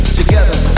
together